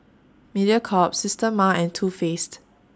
Mediacorp Systema and Too Faced